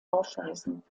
aufweisen